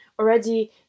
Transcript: Already